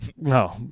no